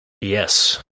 Yes